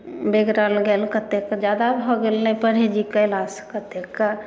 बिगड़ल गेल कतेकके जादा भऽ गेल नहि परहेजी कयला सऽ कतेकके